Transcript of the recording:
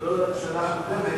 ולא לממשלה הקודמת.